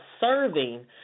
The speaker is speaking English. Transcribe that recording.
serving